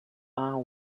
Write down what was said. are